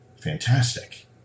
Fantastic